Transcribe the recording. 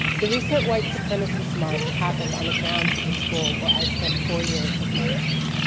the recent white supremacists march happened on the grounds of the school where i spent four years of my life.